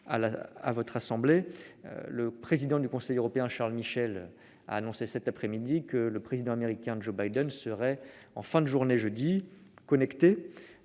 à cet agenda : le président du Conseil européen, Charles Michel, a annoncé cet après-midi que le président américain Joe Biden serait, en fin de journée jeudi, connecté